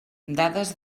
dades